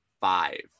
five